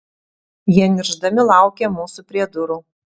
jie niršdami laukė mūsų prie durų